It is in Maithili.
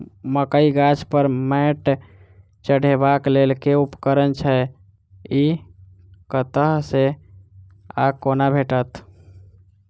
मकई गाछ पर मैंट चढ़ेबाक लेल केँ उपकरण छै? ई कतह सऽ आ कोना भेटत?